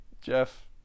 Jeff